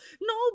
no